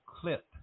clip